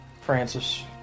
Francis